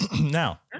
Now